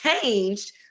changed